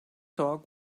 dog